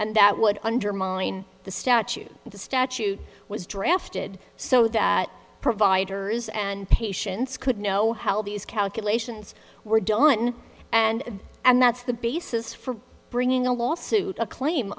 and that would undermine the statute the statute was drafted so that providers and patients could know how these calculations were done and and that's the basis for bringing a lawsuit a claim